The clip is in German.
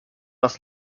das